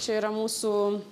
čia yra mūsų